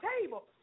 table